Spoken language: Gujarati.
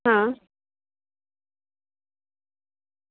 હા